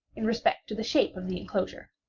in respect to the shape of the enclosure.